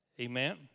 Amen